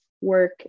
work